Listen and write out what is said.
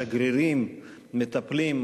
השגרירים מטפלים,